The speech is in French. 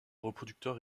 reproducteur